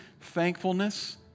thankfulness